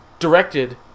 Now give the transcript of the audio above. directed